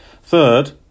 Third